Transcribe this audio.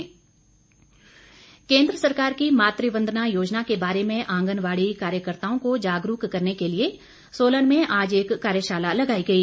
कार्यशाला केंद्र सरकार की मातृवंदना योजना के बारे में आंगनबाड़ी कार्यकर्त्ताओं को जागरूक करने के लिए सोलन में आज एक कार्यशाला लगाई गई